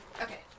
Okay